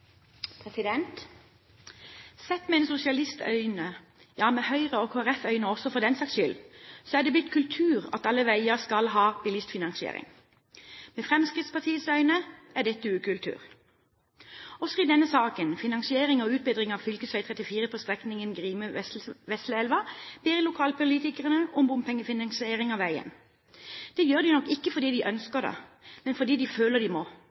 øyne for den saks skyld, er det blitt kultur at alle veier skal ha bilistfinansiering. Sett med Fremskrittspartiets øyne er dette ukultur. Også i denne saken, finansiering og utbedring av fv. 34 på strekningen Grime–Vesleelva, ber lokalpolitikerne om bompengefinansiering av veien. Det gjør de nok ikke fordi de ønsker det, men fordi de føler at de må.